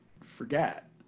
forget